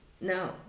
No